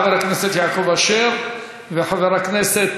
חבר הכנסת יעקב אשר וחבר הכנסת